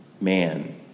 man